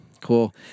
Cool